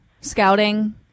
scouting